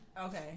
Okay